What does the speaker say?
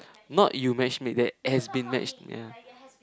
not you match make that has been match ya